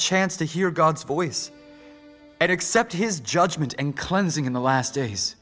chance to hear god's voice at except his judgement and cleansing in the last days